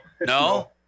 No